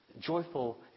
Joyful